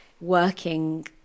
working